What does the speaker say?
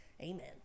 Amen